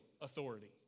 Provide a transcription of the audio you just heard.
authority